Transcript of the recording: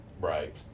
Right